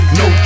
no